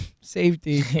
safety